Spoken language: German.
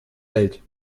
welt